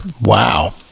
wow